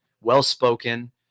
well-spoken